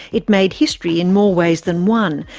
it made history in more ways than one,